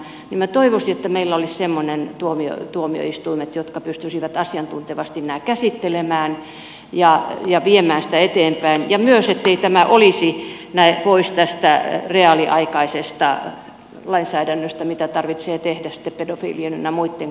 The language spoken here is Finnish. minä toivoisin että meillä olisi semmoiset tuomioistuimet jotka pystyisivät asiantuntevasti nämä käsittelemään ja viemään tätä eteenpäin ja myös ettei tämä olisi pois tästä reaaliaikaisesta lainsäädännöstä mitä tarvitsee tehdä sitten pedofiilien ynnä muitten kanssa